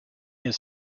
has